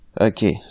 Okay